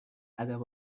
ادب